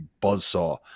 buzzsaw